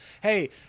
hey